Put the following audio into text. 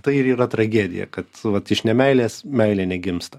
tai ir yra tragedija kad vat iš nemeilės meilė negimsta